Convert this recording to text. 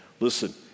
Listen